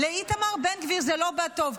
לאיתמר בן גביר זה לא בא טוב,